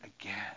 again